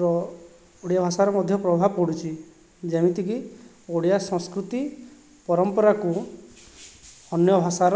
ର ଓଡ଼ିଆ ଭାଷାର ମଧ୍ୟ ପ୍ରଭାବ ପଡ଼ୁଛି ଯେମିତି କି ଓଡ଼ିଆ ସଂସ୍କୃତି ପରମ୍ପରାକୁ ଅନ୍ୟ ଭାଷାର